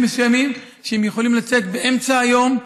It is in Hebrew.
מסוימים שאליהם הם יכולים לצאת באמצע היום,